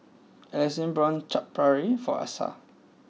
Alexande bought Chaat Papri for Asa